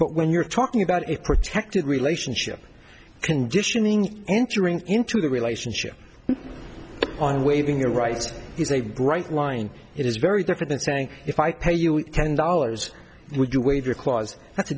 but when you're talking about it protected relationship conditioning entering into the relationship on waving your rights is a great line it is very different than saying if i pay you ten dollars would you wave your quads that's a